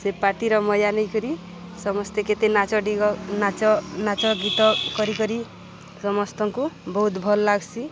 ସେ ପାର୍ଟିର ମଜା ନେଇକରି ସମସ୍ତେ କେତେ ନାଚ ଡିଗ ନାଚ ନାଚ ଗୀତ କରିିକରି ସମସ୍ତଙ୍କୁ ବହୁତ୍ ଭଲ୍ ଲାଗ୍ସି